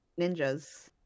ninjas